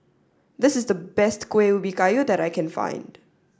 this is the best Kueh Ubi Kayu that I can find